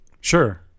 Sure